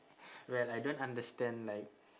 well I don't understand like